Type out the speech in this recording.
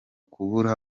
kubura